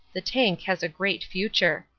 the tank has a great future.